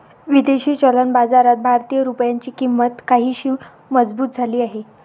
विदेशी चलन बाजारात भारतीय रुपयाची किंमत काहीशी मजबूत झाली आहे